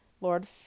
lord